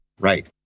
Right